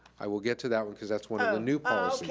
i will get to that one, cause that's one of the new policies,